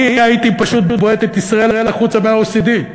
אני הייתי פשוט בועט את ישראל החוצה מה-OECD.